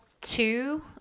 two